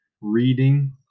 reading